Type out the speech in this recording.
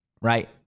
right